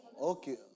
Okay